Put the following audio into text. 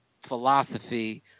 philosophy